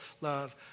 love